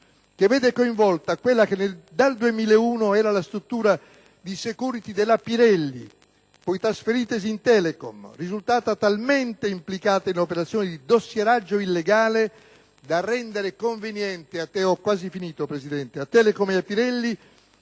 che vede coinvolta quella che dal 2001 era la struttura di *security* della Pirelli, poi trasferitasi in Telecom, risultata talmente implicata in operazioni di dossieraggio illegale da rendere conveniente a Telecom e a Pirelli